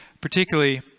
particularly